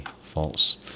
false